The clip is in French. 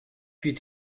huit